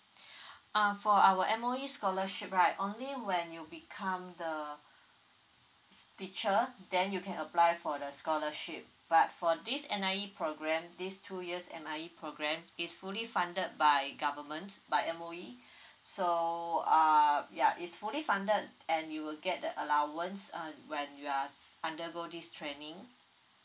uh for our M_O_E scholarship right only when you become the teacher then you can apply for the scholarship but for this N_I_E program this two years N_I_E program it's fully funded by government by M_O_E so uh ya is fully funded and you will get the allowance uh when you're undergo this training